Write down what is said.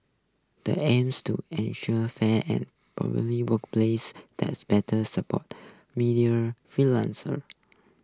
the aim's to fair and workplaces this better supports media freelancers